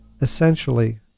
essentially